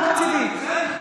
בסדר.